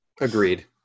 Agreed